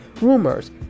rumors